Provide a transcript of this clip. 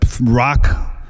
rock